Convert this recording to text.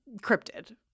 cryptid